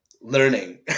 learning